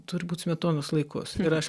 turbūt smetonos laikus ir aš